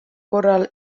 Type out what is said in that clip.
korral